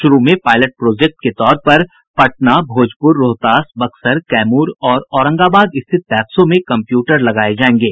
शुरू में pilot project के तौर पर पटना भोजपुर रोहतास बक्सर कैमूर और औरंगाबाद स्थित पैक्सों में कम्प्यूटर लगाये जायेंगे